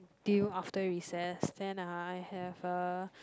due after recess then uh I have uh